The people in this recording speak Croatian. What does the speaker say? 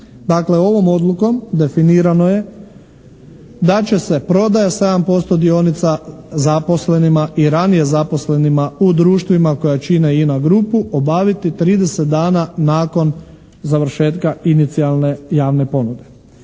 ovom odlukom definirano je da će se prodaja 7% dionica zaposlenima i ranije zaposlenima u društvima koja čine INA grupu obaviti 30 dana nakon završetka inicijalne javne ponude.